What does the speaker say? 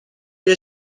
ایا